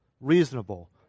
reasonable